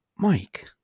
Mike